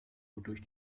wodurch